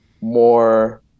more